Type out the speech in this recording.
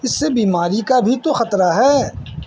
اس سے بیماری کا بھی تو خطرہ ہے